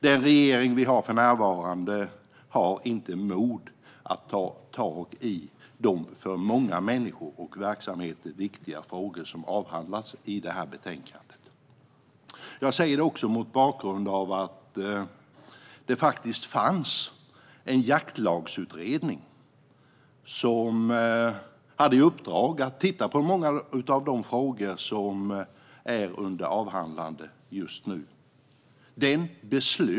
Den regering som vi har för närvarande har inte mod att ta tag i de, för många människor och verksamheter, viktiga frågor som avhandlas i betänkandet. Det säger jag också mot bakgrund av att det faktiskt fanns en jaktlagsutredning som hade i uppdrag att titta på många av de frågor som avhandlas just nu.